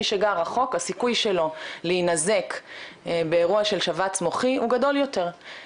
מי שגר רחוק הסיכוי שלו להינזק באירוע של שבץ מוחי הוא גדול יותר,